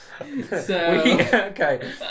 okay